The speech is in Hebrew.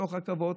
בתוך רכבות,